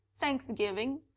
thanksgiving